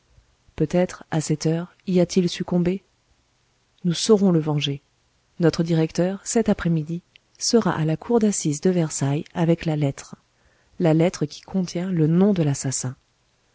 peut-être à cette heure y a-t-il succombé nous saurons le venger notre directeur cet après-midi sera à la cour d'assises de versailles avec la lettre la lettre qui contient le nom de l'assassin